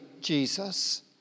Jesus